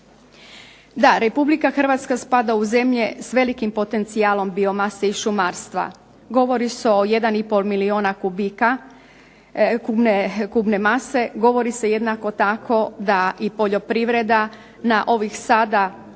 Da, Republika Hrvatska spada u zemlje s velikim potencijalom biomase i šumarstva, govori se o 1,5 milijuna kubika kubne mase, govori se jednako tako da i poljoprivreda na ovih sada